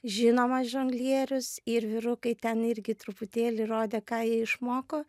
žinomas žonglierius ir vyrukai ten irgi truputėlį rodė ką jie išmoko